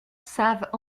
savent